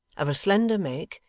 of a slender make,